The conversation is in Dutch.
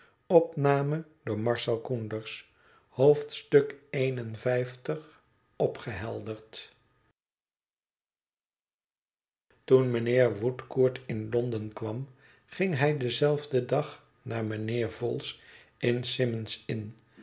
opgehelderd toen mijnheer woodcourt in l o n d e n kwam ging hij denzelfden dag naar mijnheer vholes in symond'slnn want